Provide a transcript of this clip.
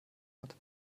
hat